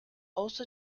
also